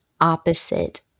opposite